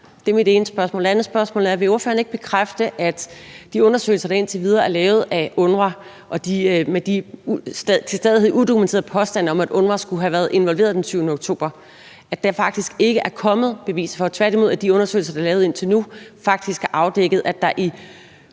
Det er mit ene spørgsmål. Det andet spørgsmål er: Vil ordføreren ikke bekræfte, at der med de undersøgelser, der indtil videre er lavet af UNRWA i forhold til de til stadighed verserende udokumenterede påstande om, at UNRWA skulle have været involveret den 7. oktober 2023, faktisk ikke er kommet beviser for det, men at de undersøgelser, der er lavet indtil nu, tværtimod faktisk har afdækket, at der i